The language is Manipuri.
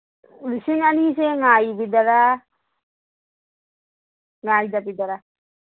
ꯂꯤꯁꯤꯡ ꯑꯅꯤꯁꯦ ꯉꯥꯏꯕꯤꯗꯔꯥ ꯉꯥꯏꯗꯕꯤꯗꯔꯥ